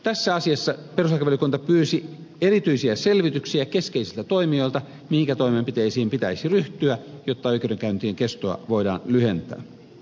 tässä asiassa perustuslakivaliokunta pyysi erityisiä selvityksiä keskeisiltä toimijoilta siitä mihinkä toimenpiteisiin pitäisi ryhtyä jotta oikeudenkäyntien kestoa voidaan lyhentää